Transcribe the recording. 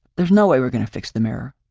there's no way we're going to fix the mirror.